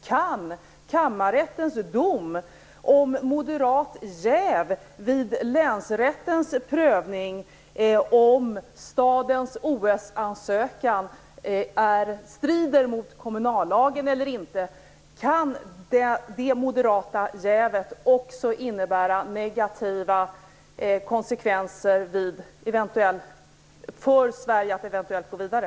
Kan Kammarrättens dom om moderat jäv vid länsrättens prövning av huruvida stadens OS-ansökan strider mot kommunallagen eller inte också innebära negativa konsekvenser för Sverige när det gäller chanserna att gå vidare?